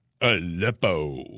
Aleppo